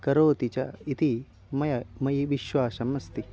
करोति च इति मया मयि विश्वासः अस्ति